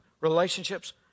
relationships